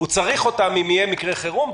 הוא צריך אותם אם יהיה מקרה חירום,